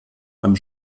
einem